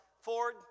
Ford